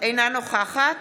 אינה נוכחת